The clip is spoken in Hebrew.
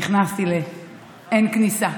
נכנסתי באין כניסה.